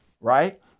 Right